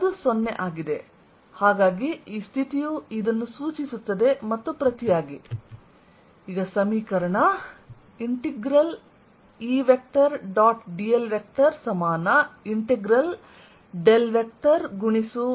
ಆದ್ದರಿಂದ ಈ ಸ್ಥಿತಿಯು ಪ್ರತಿಯಾಗಿ ಇದನ್ನು ಸೂಚಿಸುತ್ತದೆ